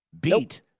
beat